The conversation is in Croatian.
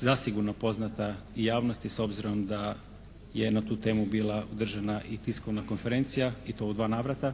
zasigurno poznata javnosti s obzirom da je na tu temu bila održana i tiskovna konferencija i to u dva navrata.